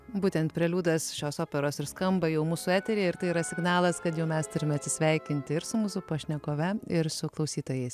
būtent preliudas šios operos ir skamba jau mūsų etery ir tai yra signalas kad jau mes turime atsisveikinti ir su mūsų pašnekove ir su klausytojais